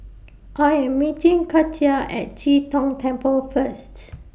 I Am meeting Katia At Chee Tong Temple First